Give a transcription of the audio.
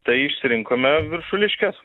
tai išsirinkome viršuliškes